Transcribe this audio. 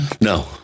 No